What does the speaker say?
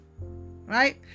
right